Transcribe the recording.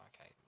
okay